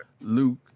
luke